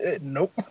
Nope